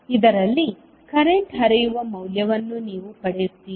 ಇದರಲ್ಲಿ ಕರೆಂಟ್ ಹರಿಯುವ ಮೌಲ್ಯವನ್ನು ನೀವು ಪಡೆಯುತ್ತೀರಿ